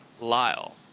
Lyle